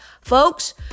Folks